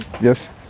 Yes